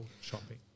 shopping